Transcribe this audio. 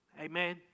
Amen